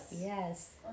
Yes